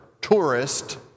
tourist